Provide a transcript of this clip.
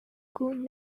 good